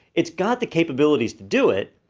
it's got the capabilities to do it,